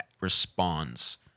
responds